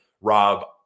Rob